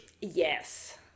Yes